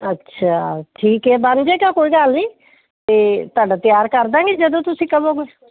ਅੱਛਾ ਠੀਕ ਹੈ ਬਣ ਜਾ ਕੋਈ ਗੱਲ ਨਹੀਂ ਅਤੇ ਤੁਹਾਡਾ ਤਿਆਰ ਕਰ ਦੇਵਾਂਗੇ ਜਦੋਂ ਤੁਸੀਂ ਕਹੋਗੇ